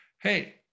hey